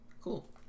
Cool